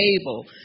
able